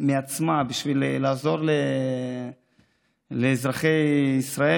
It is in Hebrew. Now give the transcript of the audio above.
מעצמה בשביל לעזור לאזרחי ישראל,